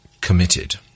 committed